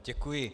Děkuji.